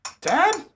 Dad